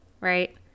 right